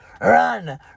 run